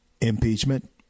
impeachment